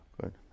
good